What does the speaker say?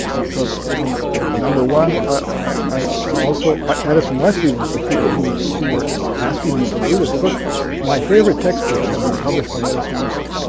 so but so number one. and also, ah addison-wesley was the people who who were asking me to do this book my favorite textbooks had been published by addison wesley.